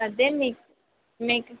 సర్దేయండి మీకు